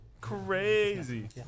crazy